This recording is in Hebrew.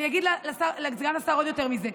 אני אגיד לסגן השר יותר מזה: